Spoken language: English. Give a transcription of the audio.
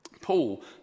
paul